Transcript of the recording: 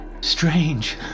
strange